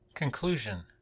Conclusion